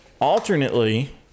Alternately